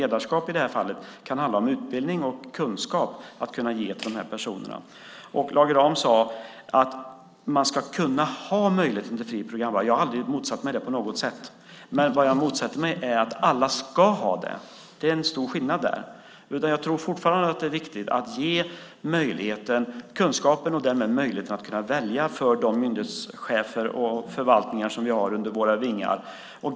Ledarskap i det här fallet kan handla om att ge utbildning och kunskap till de här personerna. Lage Rahm sade att man ska kunna ha möjligheten till fri programvara. Jag har aldrig motsatt mig det på något sätt. Det jag motsätter mig är att alla ska ha det. Det är en stor skillnad där. Jag tror fortfarande att det är viktigt att ge kunskapen och möjligheten att kunna välja till de myndighetschefer och förvaltningar som vi har under våra vingar.